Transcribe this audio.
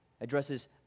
addresses